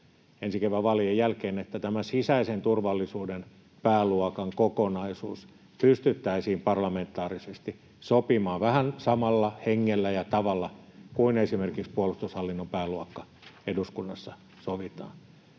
ensi kevään vaalien jälkeen, että tämä sisäisen turvallisuuden pääluokan kokonaisuus pystyttäisiin parlamentaarisesti sopimaan, vähän samalla hengellä ja tavalla kuin esimerkiksi puolustushallinnon pääluokka eduskunnassa sovitaan.